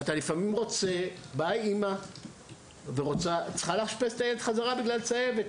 לפעמים באה אימא וצריכה לאשפז בחזרה את הילד בגלל צהבת.